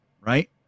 right